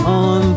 on